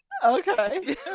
Okay